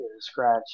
scratch